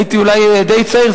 הייתי די צעיר,